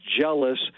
jealous